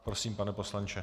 Prosím, pane poslanče.